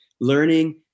Learning